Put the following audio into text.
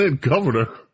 governor